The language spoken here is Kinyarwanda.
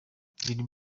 dream